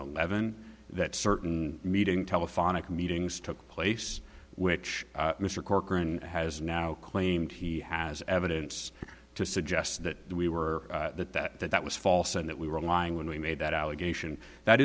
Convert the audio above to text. eleven that certain meeting telephonic meetings took place which mr corcoran has now claimed he has evidence to suggest that we were that that that that was false and that we were lying when we made that allegation that